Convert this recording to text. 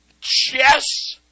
chess